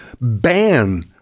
ban